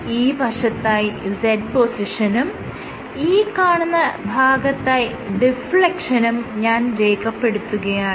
ഈ വശത്തായി z പൊസിഷനും ഈ കാണുന്ന ഭാഗത്തായി ഡിഫ്ലെക്ഷനും ഞാൻ രേഖപ്പെടുത്തുകയാണ്